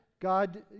God